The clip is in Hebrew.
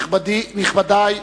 נכבדי,